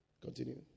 Continue